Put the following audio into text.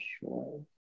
sure